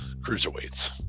cruiserweights